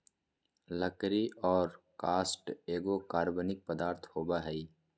लकड़ी और काष्ठ एगो कार्बनिक पदार्थ होबय हइ